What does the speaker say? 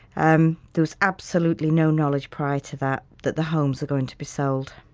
um there was absolutely no knowledge prior to that that the homes were going to be sold